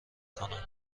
کنم